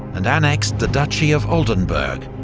and annexed the duchy of oldenburg,